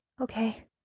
Okay